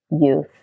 youth